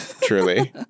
Truly